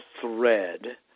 thread